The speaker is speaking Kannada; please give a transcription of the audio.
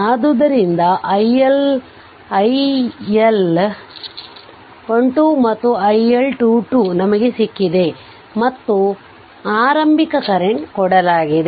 ಆದ್ದರಿಂದ iL12 ಮತ್ತು iL22 ನಮಗೆ ಸಿಕ್ಕಿದೆ ಮತ್ತು ಪ್ರಾರಂಬಿಕ ಕರೆಂಟ್ ಕೊಡಲಾಗಿದೆ